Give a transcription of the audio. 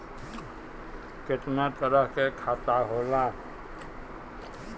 केतना तरह के खाता होला?